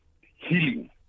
healing